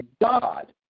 God